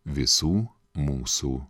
visų mūsų